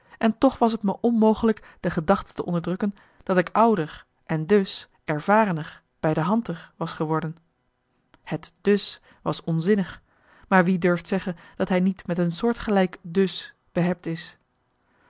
en toch was t me onmogelijk de gedachte te onderdrukken dat ik ouder en dus ervarener bijdehandter was geworden het dus was onzinnig maar wie durft zeggen dat hij niet met een soortgelijk dus behept is